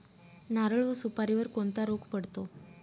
नारळ व सुपारीवर कोणता रोग पडतो?